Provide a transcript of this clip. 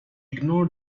ignore